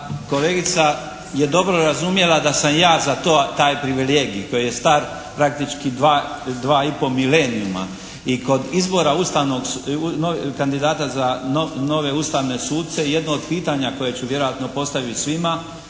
kolegica je dobro razumjela da sam ja za taj privilegij koji je star praktički dva i pol mileniuma i kod izbora kandidata za nove ustavne suce jedno od pitanja koje ću vjerojatno postaviti svima